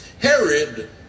Herod